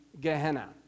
Gehenna